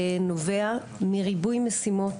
נובע מריבוי משימות,